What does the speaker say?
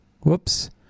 Whoops